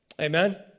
Amen